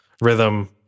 Rhythm